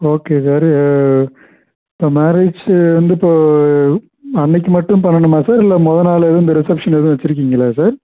okay sir இப்போ marriage வந்து இப்போ அன்றைக்கு மட்டும் பண்ணனுமா சார் இல்லை மொத நாள்லேருந்து ரிஷப்ஷன் எதுவும் வச்சுருக்கீங்களா சார்